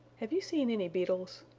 have you seen any beetles?